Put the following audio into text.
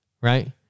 right